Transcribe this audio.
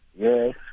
Yes